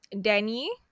Danny